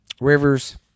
rivers